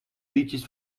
liedjes